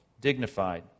dignified